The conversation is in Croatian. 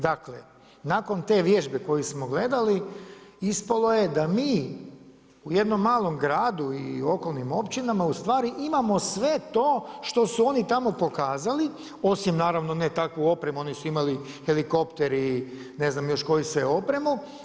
Dakle, nakon te vježbe koju smo gledali ispalo je da mi u jednom malom gradu i okolnim općinama ustvari imamo sve to što su oni tamo pokazali, osim naravno ne takvu opremu, oni su imali helikopter i ne znam još koju sve opremu.